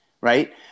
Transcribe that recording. right